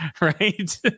right